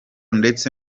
ndetse